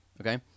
Okay